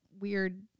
weird